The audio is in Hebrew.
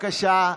בבקשה.